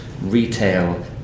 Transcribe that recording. retail